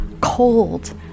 cold